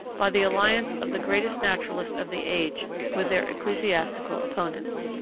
by the alliance of the greatest naturalist of the age with their ecclesiastical opponents.